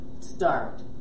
start